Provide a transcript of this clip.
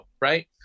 right